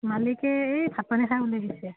মালিকে এই ভাত পানী খাই ওলাই গৈছে